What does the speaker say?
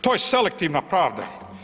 To je selektivna pravda.